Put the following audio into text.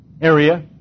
area